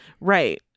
Right